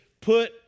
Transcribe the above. put